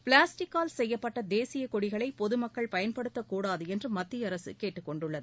பிளாஸ்டிக்கால் செய்யப்பட்ட தேசியக்கொடிகளை பொதுமக்கள் பயன்படுத்தக்கூடாது என்று மத்தியஅரசு கேட்டுக்கொண்டுள்ளது